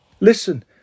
Listen